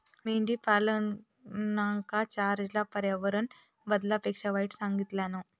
मेंढीपालनका जॉर्जना पर्यावरण बदलापेक्षा वाईट सांगितल्यान